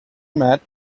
met